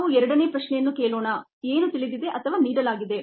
ನಾವು ಎರಡನೇ ಪ್ರಶ್ನೆಯನ್ನು ಕೇಳೋಣಏನು ತಿಳಿದಿದೆ ಅಥವಾ ನೀಡಲಾಗಿದೆ